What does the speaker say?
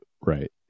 right